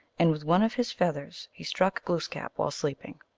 and with one of his feathers he struck glooskap while sleeping.